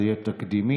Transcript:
זה יהיה תקדימי.